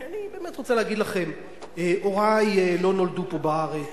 אני רוצה להגיד לכם, הורי לא נולדו פה, בארץ,